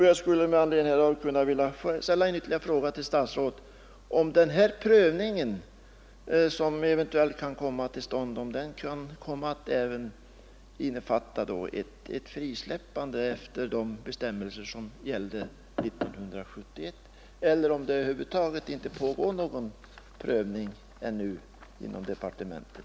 Jag skulle med anledning därav vilja ställa en ytterligare fråga till statsrådet, nämligen om denna prövning som eventuellt skall göras kan komma att innefatta även ett frisläppande enligt de bestämmelser som gällde 1971 eller om det över huvud taget ännu inte pågår någon prövning inom departementet.